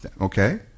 Okay